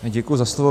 Děkuji za slovo.